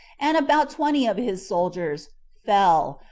and about twenty of his soldiers, fell,